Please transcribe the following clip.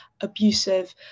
abusive